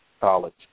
college